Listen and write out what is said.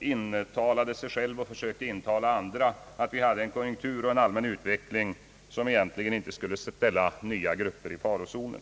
intalade sig själv och försökte intala andra att vi hade en konjunktur och en allmän utveckling som egentligen inte skulle ställa nya grupper i farozonen.